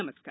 नमस्कार